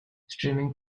streaming